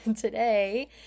Today